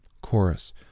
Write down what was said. Chorus